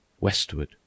Westward